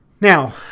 Now